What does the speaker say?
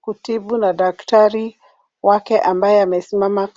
kutibu na daktari wake ambaye amesimama.